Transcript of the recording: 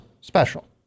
special